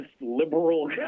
liberal